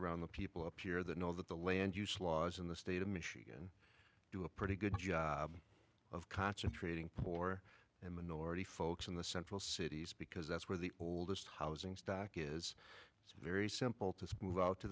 around the people appear that know that the land use laws in the state of michigan do a pretty good job of concentrating more minority folks in the central cities because that's where the oldest housing stock is it's very simple to move out to